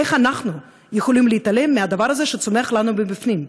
איך אנחנו יכולים להתעלם מהדבר הזה שצומח לנו מבפנים?